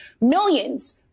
millions